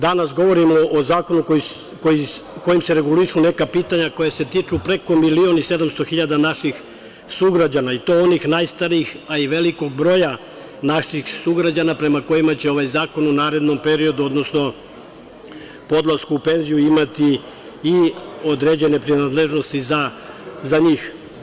Danas govorimo o zakonu kojim se regulišu neka pitanja koja se tiču preko milion i 700 hiljada naših sugrađana i to onih najstarijih, velikog broja naših sugrađana prema kojima će ovaj zakon u narednom periodu, odnosno po odlasku u penziju imati i određene prinadležnosti za njih.